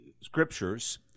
Scriptures—